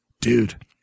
Dude